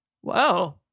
Whoa